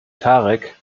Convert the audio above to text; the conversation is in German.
tarek